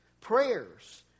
prayers